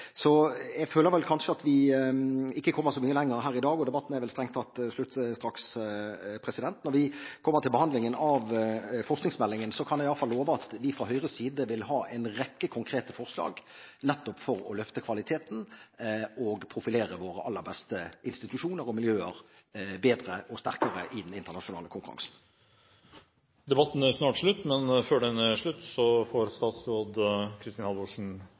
så mye lenger her i dag. Debatten er strengt tatt snart slutt. Når vi kommer til behandlingen av forskningsmeldingen, kan jeg i hvert fall love at vi fra Høyres side vil ha en rekke konkrete forslag, nettopp for å løfte kvaliteten og profilere våre aller beste institusjoner og miljøer bedre og sterkere i den internasjonale konkurransen. Dette er vel kanskje en liten oppvarming til den diskusjonen komiteen først skal ha om forskningsmeldingen, og som så skal tas i Stortinget før